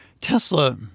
Tesla